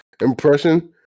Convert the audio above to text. impression